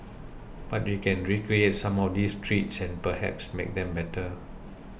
but we can recreate some of these treats and perhaps make them better